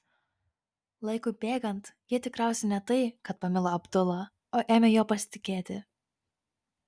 laikui bėgant ji tikriausiai ne tai kad pamilo abdula o ėmė juo pasitikėti